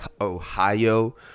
Ohio